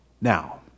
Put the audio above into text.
Now